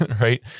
right